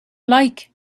like